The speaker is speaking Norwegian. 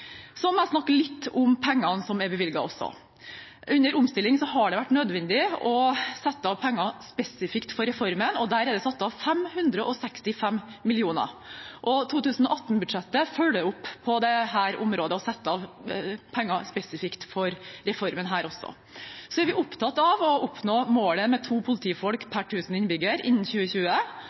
må også snakke litt om pengene som er bevilget. Under omstillingen har det vært nødvendig å sette av penger spesifikt for reformen, og der er det satt av 565 mill. kr. 2018-budsjettet følger også opp på dette området, og det settes av penger spesifikt for reformen. Vi er opptatt av å oppnå målet om to politifolk per tusen innbyggere innen 2020,